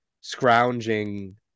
scrounging